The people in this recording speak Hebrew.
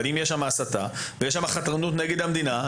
אבל אם יש שם הסתה וחתרנות נגד המדינה,